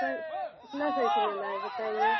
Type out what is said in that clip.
sir कितना cycle लेना है बताइए